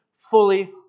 fully